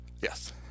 Yes